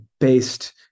based